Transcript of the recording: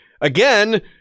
again